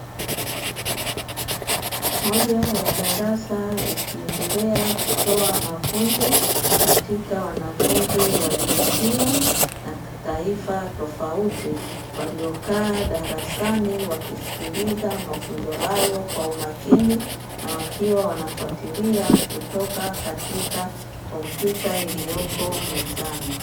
Moja ya darasa likiendelea kutoa mafunzo katika wanafunzi wa jinsia na taifa tofauti, waliokaa darasani wakisikiliza mafunzo hayo kwa umakini; na wakiwa wanafatilia kutoka katika kompyuta iliyoko mezani.